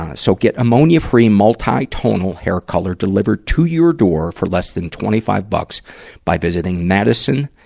so get ammonia-free, multi-tonal hair color delivered to your door for less than twenty five bucks by visiting madison-reed.